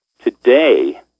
Today